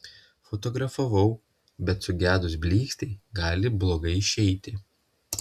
fotografavau bet sugedus blykstei gali blogai išeiti